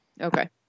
Okay